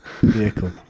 Vehicle